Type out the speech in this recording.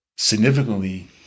Significantly